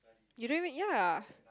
you don't even ya